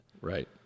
Right